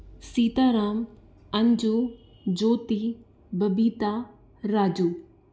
Sitaram Anju Jyoti Babita Raju